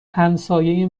همسایه